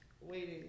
Waiting